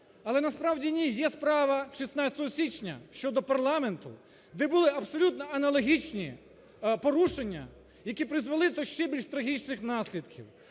Але насправді – ні, є справа 16 січня щодо парламенту, де були абсолютно аналогічні порушення, які призвели до ще більш трагічних наслідків.